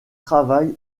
travail